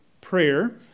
prayer